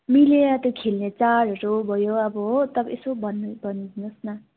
मिलेर त्यो खेल्ने चाडहरू भयो अब हो तपाईँ यसो भन्नु भनिदिनुहोस् न